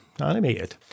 animated